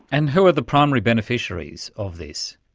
and who are the primary beneficiaries of this?